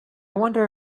wonder